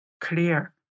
clear